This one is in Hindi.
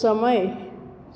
समय